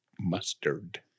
Mustard